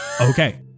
Okay